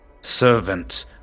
servant